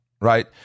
right